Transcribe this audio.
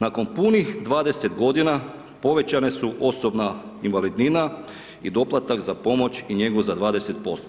Nakon punih 20 g. povećane su osobna invalidnina i doplatak za pomoć i njegu za 20%